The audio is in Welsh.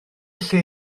lle